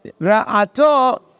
Ra'ato